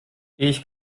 ich